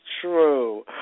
true